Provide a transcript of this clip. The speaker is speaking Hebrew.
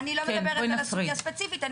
אני לא מדברת על הסוגייה ספציפית,